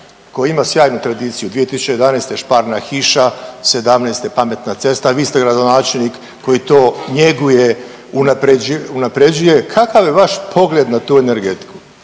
koji ima sjajnu tradiciju 2011. „Šparna hiža“, sedamnaeste pametna cesta. Vi ste gradonačelnik koji to njeguje, unapređuje. Kakav je vaš pogled na tu energetiku?